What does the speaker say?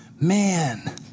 man